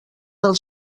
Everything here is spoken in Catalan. del